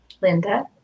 Linda